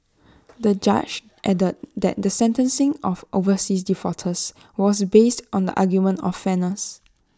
the judge added that the sentencing of overseas defaulters was based on the argument of fairness